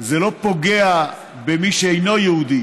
זה לא פוגע במי שאינו יהודי